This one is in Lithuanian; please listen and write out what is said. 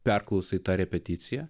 perklausai tą repeticiją